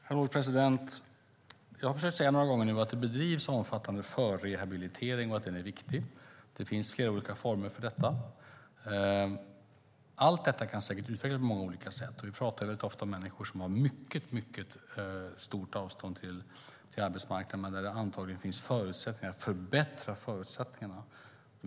Herr ålderspresident! Jag har försökt säga några gånger nu att det bedrivs omfattande förrehabilitering och att den är viktig. Det finns flera olika former för detta. Allt detta kan säkert utvecklas på många olika sätt. Vi pratar ofta om människor som har mycket stort avstånd till arbetsmarknaden men där det antagligen finns förutsättningar att förbättra förutsättningarna.